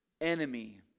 enemy